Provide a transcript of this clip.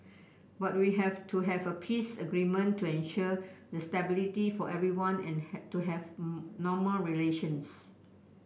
but we have to have a peace agreement to assure the stability for everyone and to have normal relations